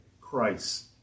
Christ